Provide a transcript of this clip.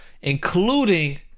including